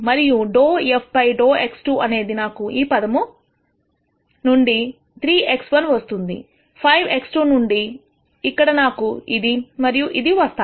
మరియు ∂f ∂x2 నాకు ఈ పదము నుండి 3 x1 వస్తుంది5 x2 నుండి ఇక్కడ నాకు ఇది మరియు ఇది వస్తాయి